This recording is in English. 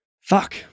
Fuck